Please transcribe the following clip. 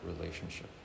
relationship